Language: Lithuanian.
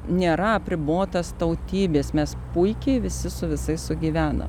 nėra apribotas tautybės mes puikiai visi su visais sugyvenam